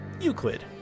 Euclid